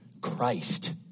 Christ